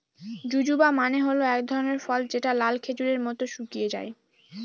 জুজুবা মানে হল এক ধরনের ফল যেটা লাল খেজুরের মত শুকিয়ে যায়